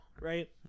right